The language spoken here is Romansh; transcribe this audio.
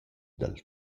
dal